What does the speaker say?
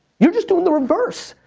you're just doing the reverse.